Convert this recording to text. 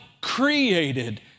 created